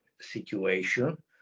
situation